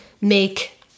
make